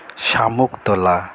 Shamuktala